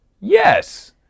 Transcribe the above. Yes